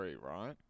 right